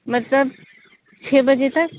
مطلب چھ بجے تک